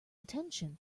attention